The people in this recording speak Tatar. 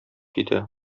китә